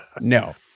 No